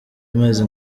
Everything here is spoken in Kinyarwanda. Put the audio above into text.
amezi